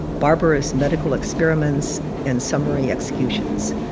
barbarous medical experiments and summary executions.